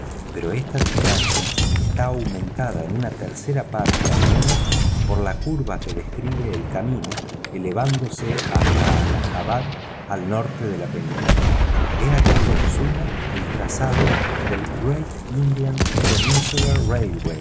pero esta distancia está aumentada en una tercera parte al menos por la curva que describe el camino elevándose hasta allahabad al norte de la península he aquí en suma el trazado del great indian peninsular